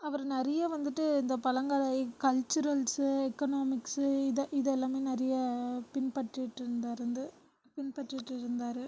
அவர் நிறைய வந்துட்டு இந்த பழங்கால எக் கல்ச்சுரல்ஸு எக்கனாமிக்ஸு இத இத எல்லாமே நிறைய பின்பற்றிட்ருந்தாருந்து பின்பற்றிட்டுருந்தார்